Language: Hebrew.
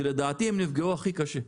שלדעתי הם נפגעו הכי קשה.